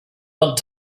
want